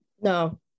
No